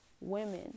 women